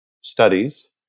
studies